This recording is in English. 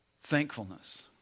thankfulness